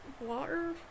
water